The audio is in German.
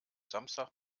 samstag